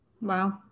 Wow